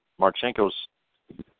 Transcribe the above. Marchenko's